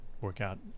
workout